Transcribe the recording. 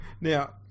Now